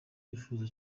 wifuza